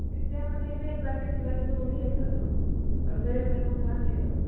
এতিয়া মানে এনেই প্ৰাইভেট কিবাকিবি কৰি আছোঁ আৰু চৰকাৰী পোৱা নাই আৰু